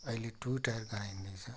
अहिले टु टायरको आइन्दैछ